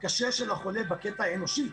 הקשה של החולה בקטע האנושי,